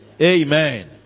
Amen